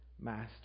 master